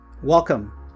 Welcome